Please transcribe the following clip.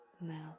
melt